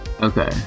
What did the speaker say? Okay